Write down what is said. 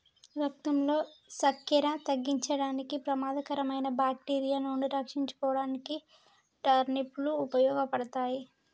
రక్తంలో సక్కెర తగ్గించడానికి, ప్రమాదకరమైన బాక్టీరియా నుండి రక్షించుకోడానికి టర్నిప్ లు ఉపయోగపడతాయి